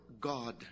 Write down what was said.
God